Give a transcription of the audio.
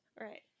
right